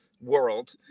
world